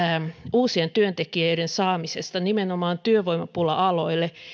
uusien työntekijöiden saamisesta nimenomaan työvoimapula aloille